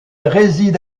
réside